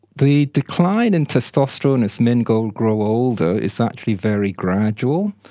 the decline in testosterone as men grow grow older is actually very gradual.